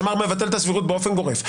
שאמר מבטל את הסבירות באופן גורף.